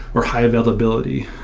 or high availability,